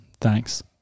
Thanks